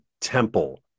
temple